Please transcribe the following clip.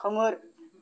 खोमोर